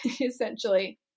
essentially